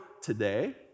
today